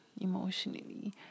emotionally